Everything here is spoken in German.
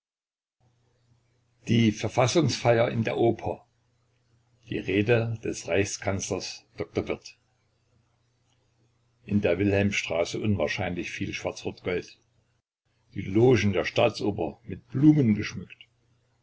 die verfassungsfeier in der oper die rede des reichskanzlers dr wirth in der wilhelmstraße unwahrscheinlich viel schwarzrotgold die logen der staatsoper mit blumen geschmückt